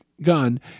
gun